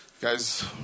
guys